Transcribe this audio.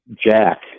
Jack